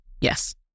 Yes